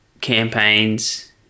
campaigns